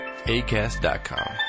ACAST.COM